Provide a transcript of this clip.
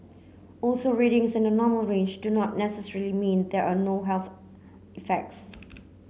also readings in the normal range do not necessarily mean there are no health effects